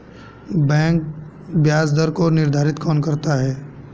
Bank ब्याज दर को निर्धारित कौन करता है?